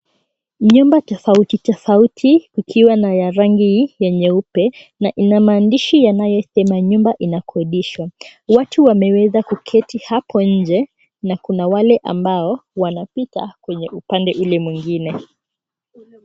Nyumba tofauti tofauti, kukiwa na ya rangi ya nyeupe, na ina maandishi yanayosema nyumba inakodishwa. Watu wameweza kuketi hapo nje na kuna wale ambao wanapita kwenye upande ule mwingine.